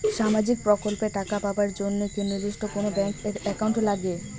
সামাজিক প্রকল্পের টাকা পাবার জন্যে কি নির্দিষ্ট কোনো ব্যাংক এর একাউন্ট লাগে?